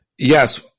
Yes